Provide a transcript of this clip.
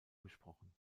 besprochen